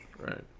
right